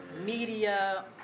media